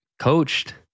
coached